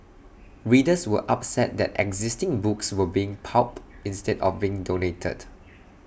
readers were upset that existing books were being pulped instead of being donated